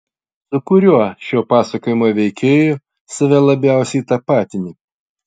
su kuriuo šio pasakojimo veikėju save labiausiai tapatini